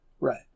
Right